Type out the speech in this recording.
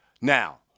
now